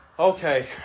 Okay